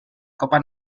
copa